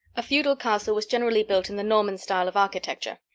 a feudal castle was generally built in the norman style of architecture.